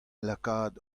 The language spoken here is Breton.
lakaat